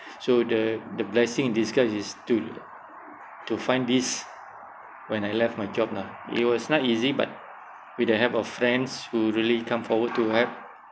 so the the blessing in disguise is to to find this when I left my job lah it was not easy but with the help of friends who really come forward to help